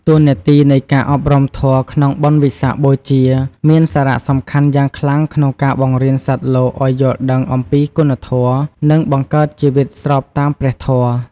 តួនាទីនៃការអប់រំធម៌ក្នុងបុណ្យវិសាខបូជា មានសារៈសំខាន់យ៉ាងខ្លាំងក្នុងការបង្រៀនសត្វលោកឲ្យយល់ដឹងអំពីគុណធម៌ និងបង្កើតជីវិតស្របតាមព្រះធម៌។